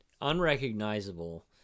unrecognizable